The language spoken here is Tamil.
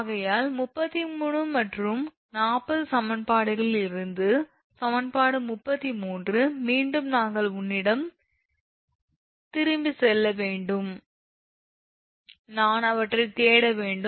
ஆகையால் 33 மற்றும் 40 சமன்பாடுகளில் இருந்து சமன்பாடு 33 மீண்டும் நாங்கள் உங்களிடம் திரும்பிச் செல்ல வேண்டும் நான் அவற்றைத் தேட வேண்டும்